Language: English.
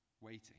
waiting